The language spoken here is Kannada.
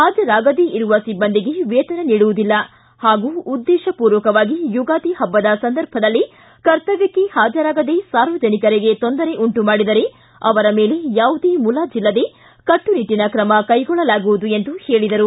ಹಾಜರಾಗದೇ ಇರುವ ಸಿಬ್ಲಂದಿಗೆ ವೇತನ ನೀಡುವುದಿಲ್ಲ ಹಾಗೂ ಉದ್ದೇಶಪೂರ್ವಕವಾಗಿ ಯುಗಾದಿ ಹಬ್ಬದ ಸಂದರ್ಭದಲ್ಲಿ ಕರ್ತವ್ಯಕ್ಷೆ ಹಾಜರಾಗದೇ ಸಾರ್ವಜನಿಕರಿಗೆ ತೊಂದರೆ ಉಂಟು ಮಾಡಿದರೆ ಅವರ ಮೇಲೆ ಯಾವುದೇ ಮುಲಾಜಿಲ್ಲದೆ ಕಟ್ಟುನಿಟ್ಟನ ಕ್ರಮ ಕೈಗೊಳ್ಳಲಾಗುವುದು ಎಂದು ಹೇಳದರು